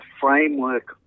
framework